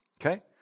okay